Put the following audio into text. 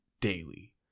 daily